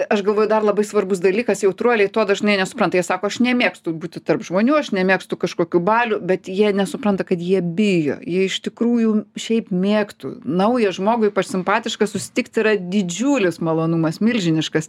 aš galvoju dar labai svarbus dalykas jautruoliai to dažnai nesupranta jie sako aš nemėgstu būti tarp žmonių aš nemėgstu kažkokių balių bet jie nesupranta kad jie bijo jie iš tikrųjų šiaip mėgtų naują žmogų ypač simpatišką susitikti yra didžiulis malonumas milžiniškas